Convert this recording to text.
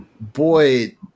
boy